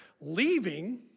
leaving